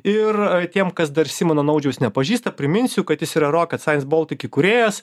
ir tiem kas dar simono naudžiaus nepažįsta priminsiu kad jis yra rocket science baltics įkūrėjas